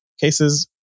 cases